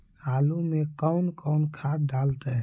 आलू में कौन कौन खाद डालते हैं?